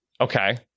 Okay